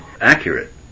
accurate